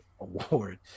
award